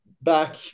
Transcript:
back